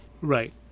Right